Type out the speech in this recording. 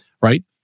right